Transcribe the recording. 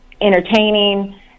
entertaining